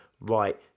right